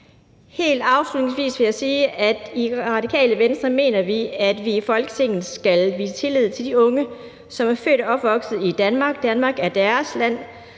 Helt afslutningsvis vil jeg sige, at i Radikale Venstre mener vi, at vi i Folketinget skal vise tillid til de unge, som er født og opvokset i Danmark. Danmark er deres land,